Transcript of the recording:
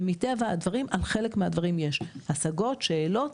ומטבע הדברים, על חלק מהדברים יש השגות, שאלות.